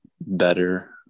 better